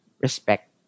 respect